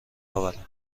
آورم